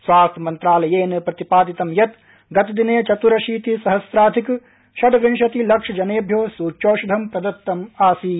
स्वास्थ्य मन्त्रालयेन प्रतिपदितं यत् गतदिने चतुरशीति सहस्राधिक षड्विंशति लक्षजनेभ्यो सूच्यौषधं प्रदत्तम् आसीत्